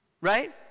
Right